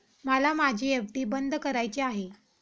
मला माझी एफ.डी बंद करायची आहे